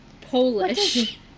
Polish